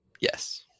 yes